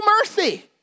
mercy